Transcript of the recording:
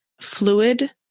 fluid